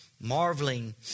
marveling